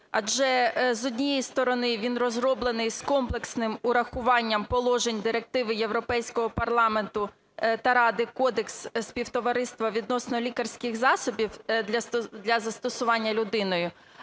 адже, з однієї сторони, він розроблений з комплексним урахуванням положень Директиви Європейського Парламенту та Ради про Кодекс Співтовариства щодо лікарських засобів для застосування людиною.